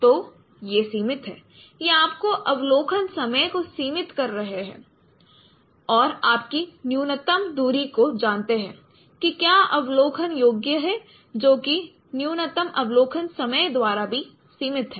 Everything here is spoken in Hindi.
तो ये सीमित है ये आपके अवलोकन समय को सीमित कर रहे हैं और आपकी न्यूनतम दूरी को जानते हैं कि क्या अवलोकन योग्य है जो कि न्यूनतम अवलोकन समय द्वारा भी सीमित है